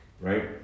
right